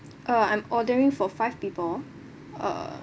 uh I'm ordering for five people uh